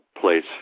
place